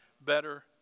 better